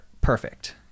perfect